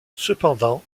cependant